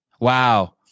wow